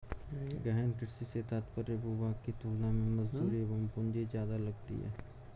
गहन कृषि से तात्पर्य भूभाग की तुलना में मजदूरी एवं पूंजी ज्यादा लगती है